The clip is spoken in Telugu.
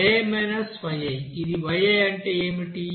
ఇది yi అంటే ఏమిటి